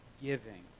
giving